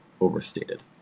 overstated